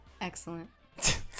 Excellent